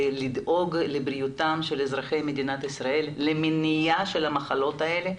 לדאוג לבריאותם של אזרחי מדינת ישראל למניעה של המחלות האלה,